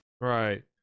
Right